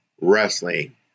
wrestling